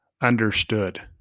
understood